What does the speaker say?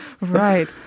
right